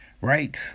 right